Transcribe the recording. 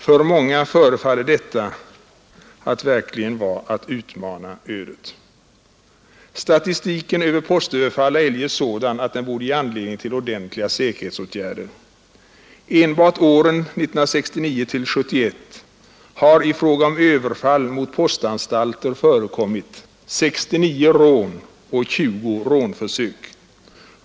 För många förefaller detta verkligen vara att utmana ödet. Statistiken över postöverfall är eljest sådan att den borde ge anledning till ordentliga säkerhetsåtgärder. Enbart åren 1969—1971 har i fråga om överfall mot postanstalter förekommit 69 rån och 20 rånförsök.